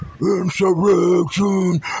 Insurrection